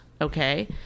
okay